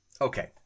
okay